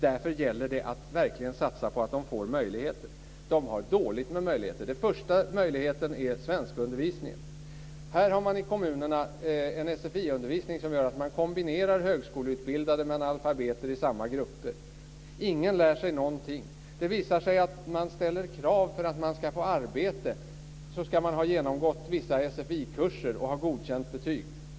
Därför gäller det att verkligen satsa på att de får möjligheter. De har dåligt med möjligheter. Den första möjligheten är svenskundervisningen. Här har man i kommunerna en sfi-undervisning där högskoleutbildade och analfabeter sätts i samma grupper. Ingen lär sig någonting. Det visar sig att det ställs krav på att ha genomgått vissa sfi-kurser med godkänt betyg för att få arbete.